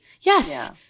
Yes